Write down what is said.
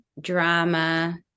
drama